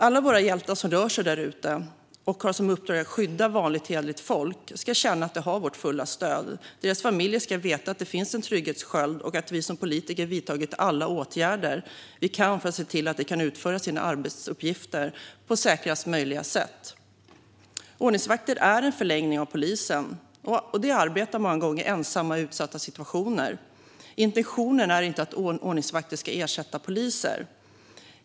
Alla våra hjältar som rör sig där ute och har som uppdrag att skydda vanligt hederligt folk ska känna att de har vårt fulla stöd. Deras familjer ska veta att det finns en trygghetssköld och att vi som politiker vidtagit alla åtgärder vi kan för att se till att de kan utföra sina arbetsuppgifter på säkraste möjliga sätt. Ordningsvakter är en förlängning av polisen, och de arbetar många gånger ensamma i utsatta situationer. Intentionen är inte att ordningsvakter ska ersätta poliser.